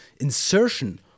insertion